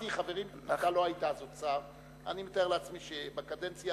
אני מתאר לעצמי שבקדנציה